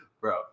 Bro